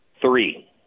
Three